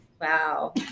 wow